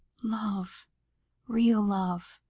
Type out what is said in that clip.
love real love